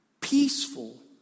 peaceful